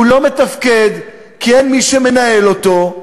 הוא לא מתפקד כי אין מי שמנהל אותו,